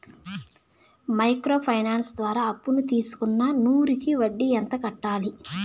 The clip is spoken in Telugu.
మైక్రో ఫైనాన్స్ ద్వారా అప్పును తీసుకున్న నూరు కి వడ్డీ ఎంత కట్టాలి?